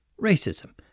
Racism